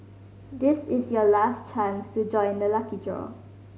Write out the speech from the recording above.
this is your last chance to join the lucky draw